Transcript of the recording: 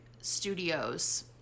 studios